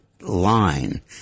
line